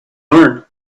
learn